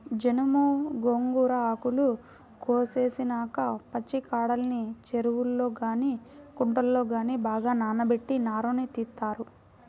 జనుము, గోంగూర ఆకులు కోసేసినాక పచ్చికాడల్ని చెరువుల్లో గానీ కుంటల్లో గానీ బాగా నానబెట్టి నారను తీత్తారు